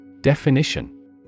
Definition